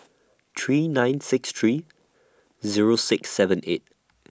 three nine six three Zero six seven eight